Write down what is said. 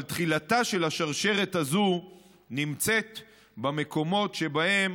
אבל תחילתה של השרשרת הזאת נמצאת במקומות שבהם